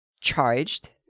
charged